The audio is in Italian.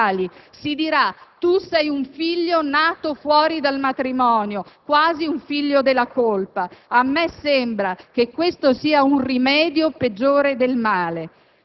quello di figlio nato fuori del matrimonio. Si tratta di una denominazione ributtante e di una insensibilità umana inaccettabile,